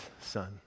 son